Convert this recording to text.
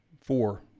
four